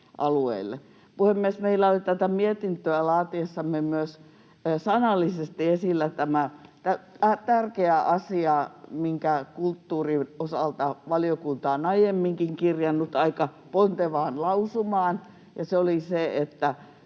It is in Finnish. Puhemies! Meillä oli tätä mietintöä laatiessamme myös sanallisesti esillä tämä tärkeä asia, minkä kulttuurin osalta valiokunta on aiemminkin kirjannut aika pontevaan lausumaan, ja se oli se, että